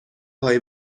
هایی